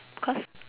cause